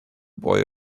boy